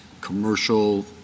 commercial